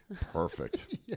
Perfect